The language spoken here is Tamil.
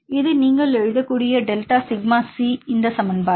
இது நீங்கள் எழுதக்கூடிய டெல்டா சிக்மா சி இந்த சமன்பாடு